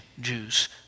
Jews